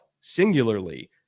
singularly